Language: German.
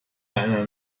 einer